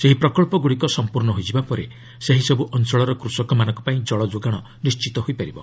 ସେହି ପ୍ରକବ୍ଧଗୁଡ଼ିକ ସମ୍ପର୍ଣ୍ଣ ହୋଇଯିବା ପରେ ସେହିସବୁ ଅଞ୍ଚଳର କୃଷକମାନଙ୍କ ପାଇଁ ଜଳଯୋଗାଣ ନିର୍ଣ୍ଣିତ ହୋଇପାରିବ